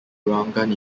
ruangan